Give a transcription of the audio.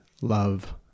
love